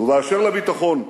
ובאשר לביטחון.